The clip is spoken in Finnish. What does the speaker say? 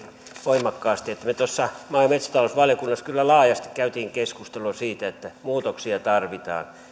voimakkaasti että me tuossa maa ja metsätalousvaliokunnassa kyllä laajasti kävimme keskustelua siitä että muutoksia tarvitaan